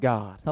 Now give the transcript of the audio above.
God